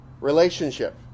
relationship